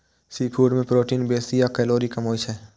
seafood मे protein बेसी आ कैलोरी कम होइ छै